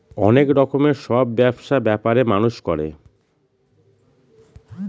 অনেক রকমের সব ব্যবসা ব্যাপার মানুষ করে